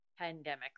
pandemic